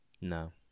No